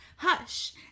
hush